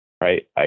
Right